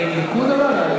זה עם ניקוד אבל?